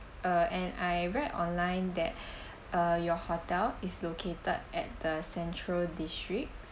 uh and I read online that uh your hotel is located at the central district